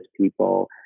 people